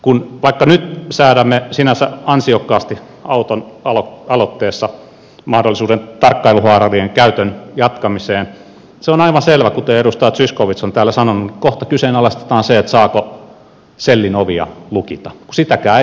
vaikka nyt säädämme sinänsä ansiokkaasti auton aloitteessa mahdollisuudesta tarkkailuhaalareiden käytön jatkamiseen niin se on aivan selvä kuten edustaja zyskowicz on täällä sanonut että kohta kyseenalaistetaan se saako sellin ovia lukita kun sitäkään ei lue missään laissa